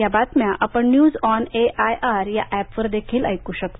या बातम्या आपण न्यूज ऑनएआयआर या एपवर देखील ऐक शकता